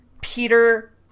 Peter